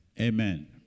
Amen